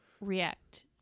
react